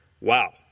Wow